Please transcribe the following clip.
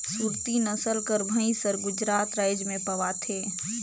सुरती नसल कर भंइस हर गुजरात राएज में पवाथे